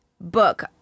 book